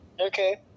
Okay